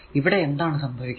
ഇവിടെ എന്താണ് സംഭവിക്കുക